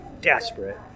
desperate